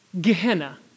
Gehenna